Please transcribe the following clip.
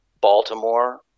Baltimore